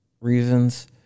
reasons